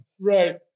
Right